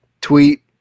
tweet